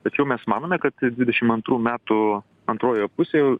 tačiau mes manome kad dvidešim antrų metų antrojoje pusėje